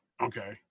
Okay